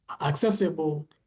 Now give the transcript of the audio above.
accessible